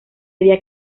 había